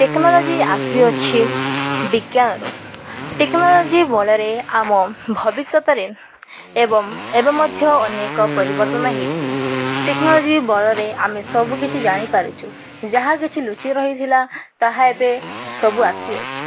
technology ଆସିଅଛି ବିଜ୍ଞାନରୁ technology ବଳରେ ଆମ ଭବିଷ୍ୟତରେ ଏବଂ ଏବେ ମଧ୍ୟ ଅନେକ ପରିବର୍ତ୍ତନ ହେଇଛି ଟେକ୍ନୋଲୋଜି ବଳରେ ଆମେ ସବୁକିଛି ଜାଣିପାରୁଛୁ ଯାହା କିଛି ଲୁଚି ରହିଥିଲା ତାହା ଏବେ ସବୁ ଆସିଅଛି